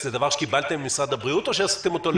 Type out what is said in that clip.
זה דבר שקיבלתם ממשרד הבריאות או שעשיתם אותו לבד?